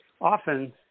often